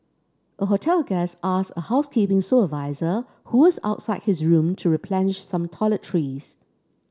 a hotel guest asked a housekeeping supervisor who was outside his room to replenish some toiletries